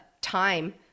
time